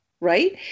right